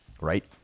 right